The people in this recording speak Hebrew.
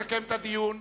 לסכם את הדיון,